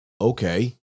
okay